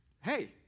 Hey